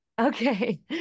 Okay